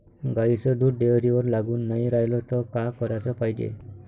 गाईचं दूध डेअरीवर लागून नाई रायलं त का कराच पायजे?